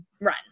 run